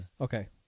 Okay